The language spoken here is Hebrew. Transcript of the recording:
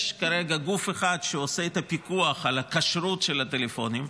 יש כרגע גוף אחד שעושה את הפיקוח על הכשרות של הטלפונים.